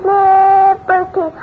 Liberty